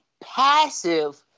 passive